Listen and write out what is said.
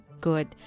good